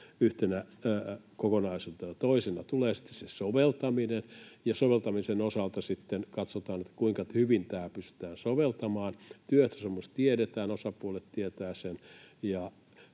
yhtenä kokonaisuutena. Toisena tulee sitten se soveltaminen, ja soveltaminen osalta sitten katsotaan, kuinka hyvin tätä pystytään soveltamaan. Työehtosopimus tiedetään, osapuolet tietävät sen,